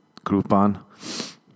Groupon